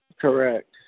Correct